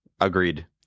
Agreed